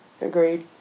Agreed